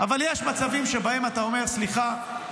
אבל יש מצבים שבהם אתה אומר: סליחה,